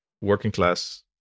working-class